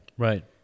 Right